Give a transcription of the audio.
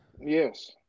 yes